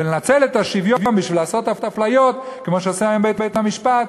לנצל את השוויון בשביל לעשות אפליות כמו שעושה היום בית-המשפט,